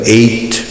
eight